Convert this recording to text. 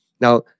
Now